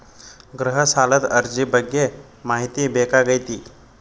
ಗೃಹ ಸಾಲದ ಅರ್ಜಿ ಬಗ್ಗೆ ಮಾಹಿತಿ ಬೇಕಾಗೈತಿ?